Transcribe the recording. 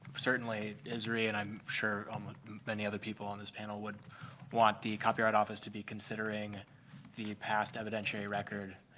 certainly, isri and i'm sure um ah many other people on this panel would want the copyright office to be considering the past evidentiary record,